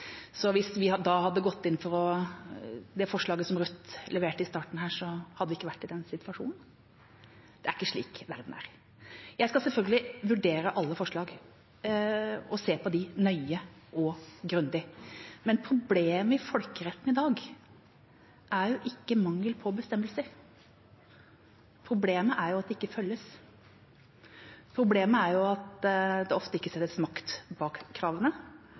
Så hvis vi hadde gått inn for det forslaget som Rødt leverte i starten her, hadde vi ikke vært i den situasjonen. Det er ikke slik verden er. Jeg skal selvfølgelig vurdere alle forslag og se på dem nøye og grundig, men problemet i folkeretten i dag er jo ikke mangel på bestemmelser; problemet er at de ikke følges. Problemet er at det ofte ikke settes makt bak kravene,